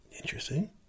Interesting